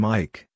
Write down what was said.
Mike